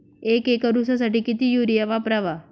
एक एकर ऊसासाठी किती युरिया वापरावा?